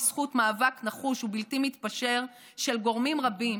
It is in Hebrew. בזכות מאבק נחוש ובלתי מתפשר של גורמים רבים,